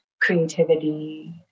creativity